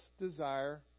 desire